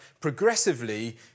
progressively